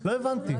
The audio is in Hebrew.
לא הבנתי.